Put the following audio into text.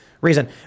reason